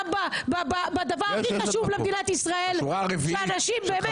גם בדבר הכי חשוב למדינת ישראל שאנשים באמת